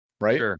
Right